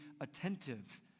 attentive